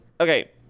okay